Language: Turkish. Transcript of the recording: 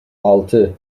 altı